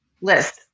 list